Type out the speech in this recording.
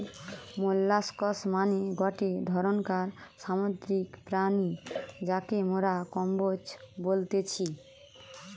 molluscs মানে গটে ধরণকার সামুদ্রিক প্রাণী যাকে মোরা কম্বোজ বলতেছি